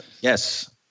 Yes